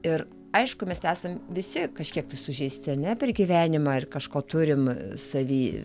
ir aišku mes esam visi kažkiek tai sužeisti ar ne per gyvenimą ir kažko turim savy